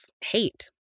hate